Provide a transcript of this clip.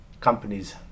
companies